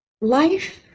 Life